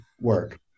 work